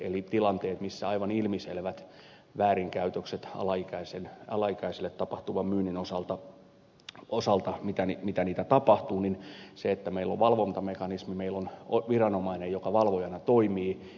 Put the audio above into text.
eli tilanteissa missä aivan ilmiselviä väärinkäytöksiä alaikäiselle tapahtuvan myynnin osalta tapahtuu meillä on valvontamekanismi meillä on viranomainen joka valvojana toimii